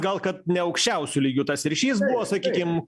gal kad ne aukščiausiu lygiu tas ryšys buvo sakykim